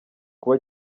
kuba